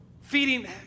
feeding